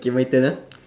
K my turn ah